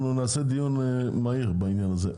אנחנו נעשה דיון מהיר בעניין הזה.